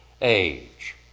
age